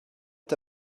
est